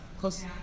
close